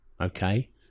Okay